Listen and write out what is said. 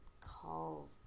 call